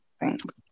Thanks